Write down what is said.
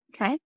Okay